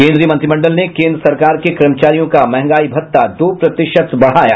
केंद्रीय मंत्रिमंडल ने केंद्र सरकार के कर्मचारियों का महंगाई भत्ता दो प्रतिशत बढ़ाया